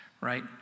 right